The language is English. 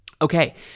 Okay